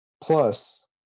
Plus